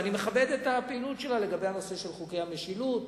ואני מכבד את הפעילות שלה לגבי הנושא של חוקי המשילות,